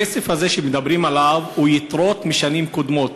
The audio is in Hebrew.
הכסף הזה שמדברים עליו הוא יתרות משנים קודמות,